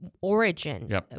origin